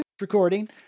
Recording